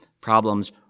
problems